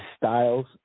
styles